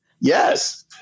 Yes